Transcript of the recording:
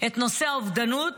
את נושא האובדנות